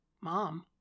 Mom